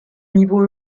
niveau